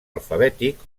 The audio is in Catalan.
alfabètic